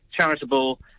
charitable